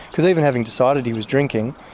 because even having decided he was drinking,